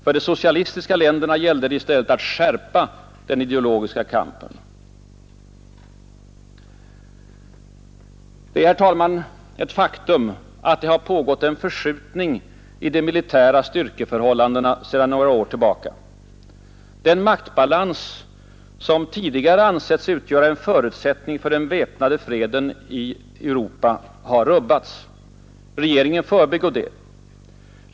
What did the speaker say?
För de socialistiska länderna gällde det i stället att skärpa den ideologiska kampen. Det är ett faktum att det pågått en förskjutning i de militära styrkeförhållandena sedan några år tillbaka. Den maktbalans som tidigare ansetts utgöra en förutsättning för den väpnade freden i Europa har rubbats. Regeringen förbigår detta.